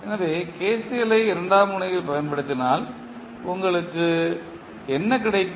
எனவே KCL ஐ இரண்டாம் முனையில் பயன்படுத்தினால் உங்களுக்கு என்ன கிடைக்கும்